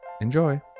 Enjoy